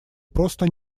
просто